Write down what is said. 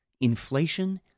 inflation